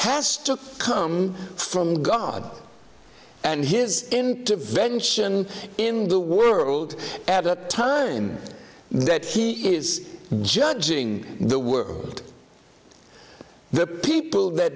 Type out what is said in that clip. has to come from god and his intervention in the world at a time that he is judging the world the people that